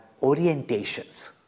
orientations